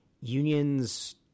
unions